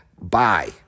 Bye